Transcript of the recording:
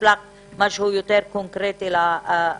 נשלח משהו יותר קונקרטי לאוכלוסייה.